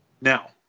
Now